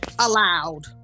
allowed